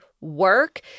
work